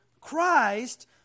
Christ